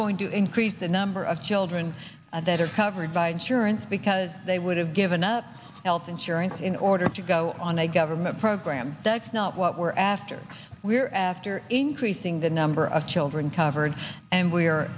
going to increase the number of children that are covered by insurance because they would have given up health insurance in order to go on a government program that's not what we're after we're after increasing the number of children covered and we're